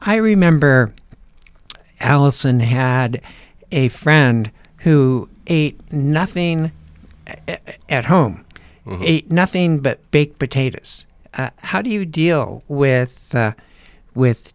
i remember allison had a friend who ate nothing at home nothing but baked potato how do you deal with that with